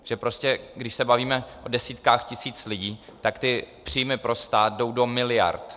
Takže prostě když se bavíme o desítkách tisíc lidí, tak ty příjmy pro stát jdou do miliard.